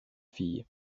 filles